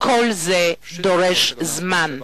זה דורש זמן,